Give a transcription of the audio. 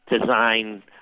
design